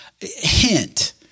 hint